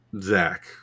Zach